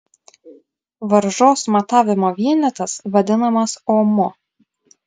varžos matavimo vienetas vadinamas omu